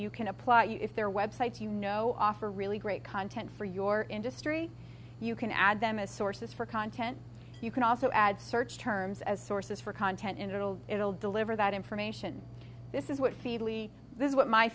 you can apply if their websites you know offer really great content for your industry you can add them as sources for content you can also add search terms as sources for content in little it'll deliver that information this is what feely this is what my